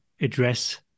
address